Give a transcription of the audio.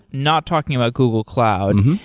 not talking about google cloud,